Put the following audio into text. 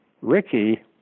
Ricky